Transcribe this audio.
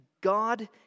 God